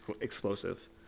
explosive